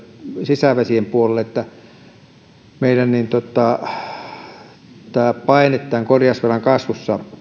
sisävesien puolelle tämä meidän paine korjausvelan kasvussa